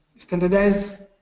standardized